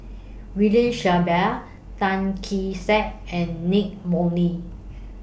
William Shellabear Tan Kee Sek and Nicky Moey